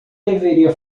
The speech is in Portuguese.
deveria